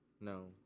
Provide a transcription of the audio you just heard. No